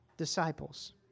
disciples